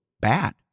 bad